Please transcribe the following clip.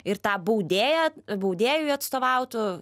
ir tą baudėją baudėjui atstovautų